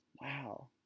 Wow